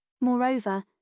Moreover